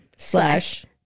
Slash